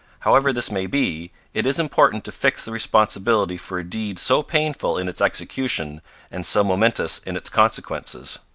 however this may be, it is important to fix the responsibility for a deed so painful in its execution and so momentous in its consequences.